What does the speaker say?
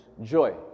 joy